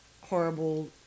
horrible